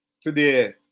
today